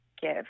give